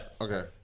Okay